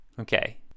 Okay